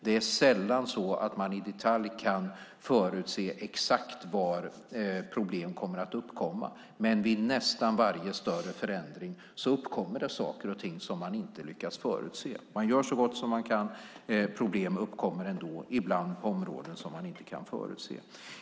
Det är sällan man i detalj kan förutse exakt var problem kommer att uppkomma. Vid nästan varje större förändring uppkommer det saker och ting som man inte lyckats förutse. Man gör så gott man kan. Problem uppkommer ändå, ibland på områden som man inte kan förutse.